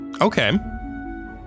Okay